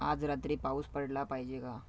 आज रात्री पाऊस पडला पाहिजे का